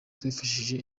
twifashishije